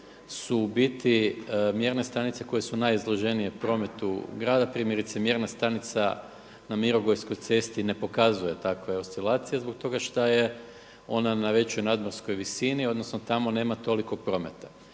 su u biti mjerne stanice koje su najizloženije prometu grada. Primjerice mjerna stanica na Mirogojskoj cesti ne pokazuje takve oscilacije zbog toga šta je ona na većoj nadmorskoj visini, odnosno tamo nema toliko prometa.